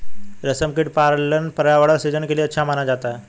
रेशमकीट पालन पर्यावरण सृजन के लिए अच्छा माना जाता है